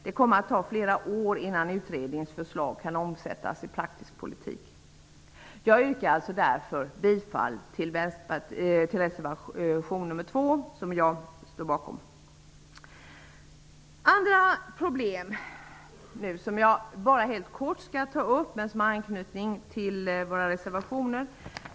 Det kommer att ta flera år innan utredningens förslag kan omsättas i praktisk politik. Jag yrkar därför bifall Vänsterpartiets reservation nr 2, som jag står bakom. Jag skall helt kort ta upp några andra problem, som har anknytning till våra reservationer.